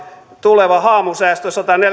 tuleva haamusäästö sataneljäkymmentä